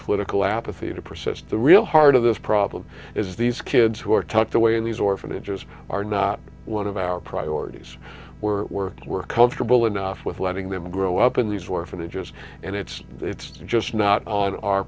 political apathy to persist the real heart of this problem is these kids who are tucked away in these orphanages are not one of our priorities were we're comfortable enough with letting them grow up in these were for the ages and it's it's just not on our